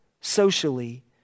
socially